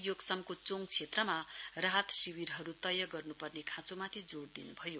योक्समको चोङ क्षेत्रमा राहत शिविरहरू तय गर्नुपर्ने खाँचोमाथि जोड वहाँले दिनुभयो